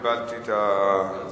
קיבלתי את הבקשה.